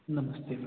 नमस्ते मैम